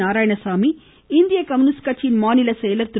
நாராயணசாமி இந்திய கம்யூனிஸ்ட் கட்சியின் மாநில செயலர் திரு